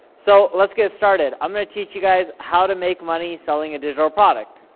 so, let's get started. i'm gonna teach you guys how to make money selling a digital product.